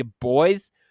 Boys